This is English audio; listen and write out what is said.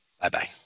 Bye-bye